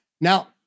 Now